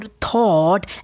thought